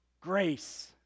grace